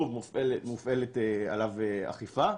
מופעלת עליו אכיפה.